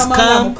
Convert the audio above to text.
come